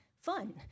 fun